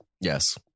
Yes